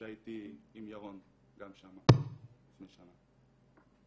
שהייתי עם ירון גם שם לפני שנה.